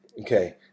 Okay